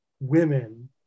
Women